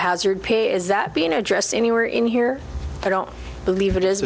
hazard pay is that being addressed anywhere in here i don't believe it is